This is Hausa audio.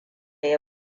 ya